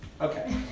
Okay